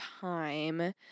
time